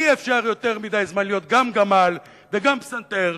אי-אפשר יותר מדי זמן להיות גם גמל וגם פסנתר.